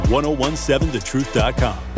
1017thetruth.com